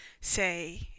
say